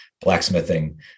blacksmithing